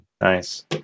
Nice